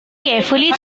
carefully